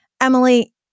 Emily